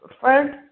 first